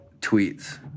tweets